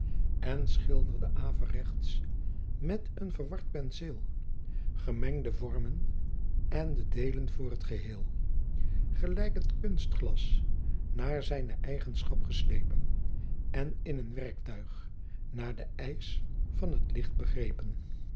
en schilderde averechts met een verward penseel gemengde vormen en de deelen voor t geheel gelijk het kunstglas naar zijne eigenschap geslepen en in een werktuig naar den eisch van t ligt begrepen